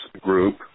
group